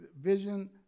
vision